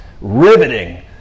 riveting